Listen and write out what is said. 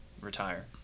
retire